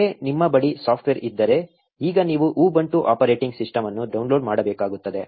ಒಮ್ಮೆ ನಿಮ್ಮ ಬಳಿ ಸಾಫ್ಟ್ವೇರ್ ಇದ್ದರೆ ಈಗ ನೀವು ಉಬುಂಟು ಆಪರೇಟಿಂಗ್ ಸಿಸ್ಟಮ್ ಅನ್ನು ಡೌನ್ಲೋಡ್ ಮಾಡಬೇಕಾಗುತ್ತದೆ